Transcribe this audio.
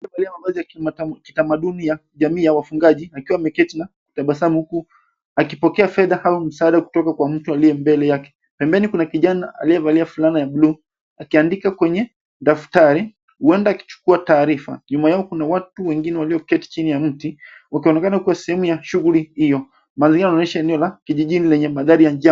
Aliyevaa mavazi ya kitamaduni ya jamii ya wafugaji, akiwa ameketi na kutabasamu huku akipokea fedha au msaada kutoka kwa mtu aliye mbele yake. Pembeni kuna kijana aliyevaa fulana ya blue akiandika kwenye daftari huenda akichukua taarifa. Nyuma yao kuna watu wengine walioketi chini ya mti wakionekana kuwa sehemu ya shughuli hiyo. Madhari ya eneo la kijijini lenye mandhari ya.